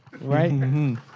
right